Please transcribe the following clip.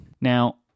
Now